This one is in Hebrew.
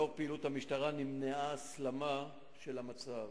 לאור פעילות המשטרה נמנעה הסלמה של המצב.